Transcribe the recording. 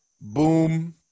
boom